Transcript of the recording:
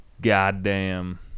goddamn